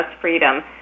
freedom